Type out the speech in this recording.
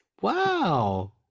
Wow